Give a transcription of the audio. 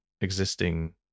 existing